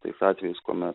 tais atvejais kuomet